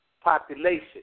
population